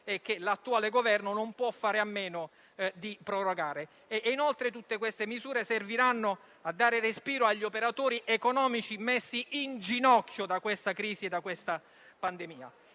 che l'attuale Governo non può fare a meno di prorogare. Inoltre, tutte queste misure serviranno a dare respiro agli operatori economici messi in ginocchio da questa crisi e da questa pandemia.